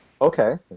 Okay